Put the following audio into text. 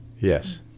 Yes